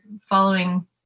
following